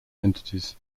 entities